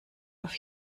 auf